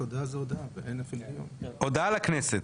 הודעה לכנסת.